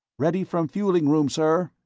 ready from fueling room, sir.